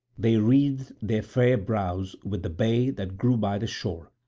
they wreathed their fair brows with the bay that grew by the shore,